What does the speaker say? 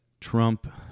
Trump